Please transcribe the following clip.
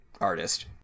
artist